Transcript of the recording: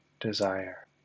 desire